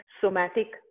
somatic